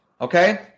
Okay